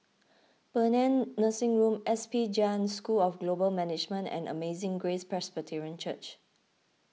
Paean Nursing Rome S P Jain School of Global Management and Amazing Grace Presbyterian Church